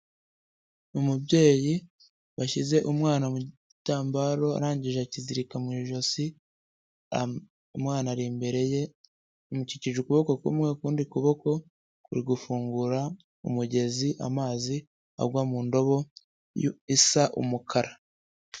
Umubyeyi washyize umwana mu gitambaro arangije akizirika mu ijosi, umwana ari imbere ye, amukikije ukuboko kumwe, ukundi kuboko kuri gufungura umugezi, amazi agwa mu ndobo isa umukara.